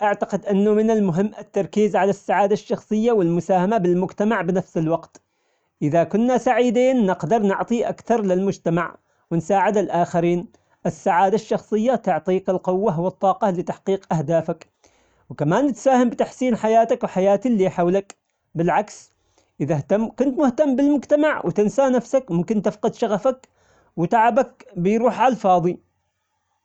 أعتقد أنه من المهم التركيز على السعادة الشخصية والمساهمة بالمجتمع بنفس الوقت، إذا كنا سعيدين نقدر نعطي أكثر للمجتمع ونساعد الآخرين، السعادة الشخصية تعطيك القوة والطاقة لتحقيق أهدافك، وكمان تساهم بتحسين حياتك وحياة اللي حولك ، بالعكس إذا اهتم كنت مهتم بالمجتمع وتنسى نفسك ممكن تفقد شغفك وتعبك بيروح على الفاضي.